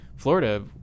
Florida